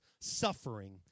Suffering